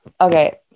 okay